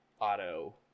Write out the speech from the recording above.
Auto